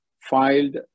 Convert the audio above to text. filed